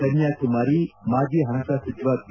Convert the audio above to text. ಕನ್ಯಾಕುಮಾರಿ ಮಾಜಿ ಹಣಕಾಸು ಸಚಿವ ಪಿ